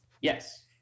Yes